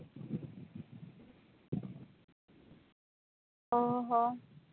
ᱚ ᱦᱚ